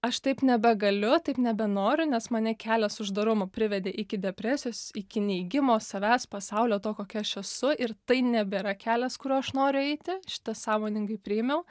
aš taip nebegaliu taip nebenoriu nes mane kelias uždarumo privedė iki depresijos iki neigimo savęs pasaulio to kokia aš esu ir tai nebėra kelias kuriuo aš noriu eiti šitą sąmoningai priėmiau